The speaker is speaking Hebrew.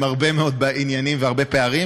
עם הרבה מאוד עניינים והרבה פערים,